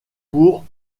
pour